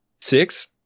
six